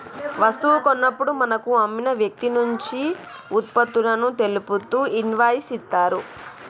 వస్తువు కొన్నప్పుడు మనకు అమ్మిన వ్యక్తినుంచి వుత్పత్తులను తెలుపుతూ ఇన్వాయిస్ ఇత్తరు